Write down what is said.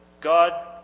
God